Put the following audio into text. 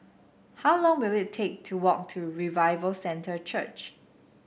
how long will it take to walk to Revival Centre Church